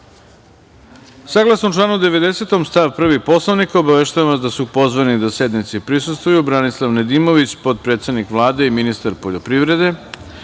rasprave. Saglasno članu 90. stav 1. Poslovnika, obaveštavam vas da su pozvani da sednici prisustvuju Branisalv Nedimović, potpredsednik Vlade i ministar poljoprivrede,